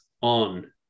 on